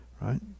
right